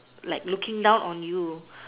like looking down on you